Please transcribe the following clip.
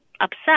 upset